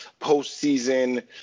postseason